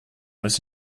was